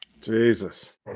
Jesus